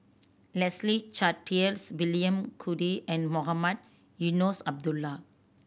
Leslie Charteris William Goode and Mohamed Eunos Abdullah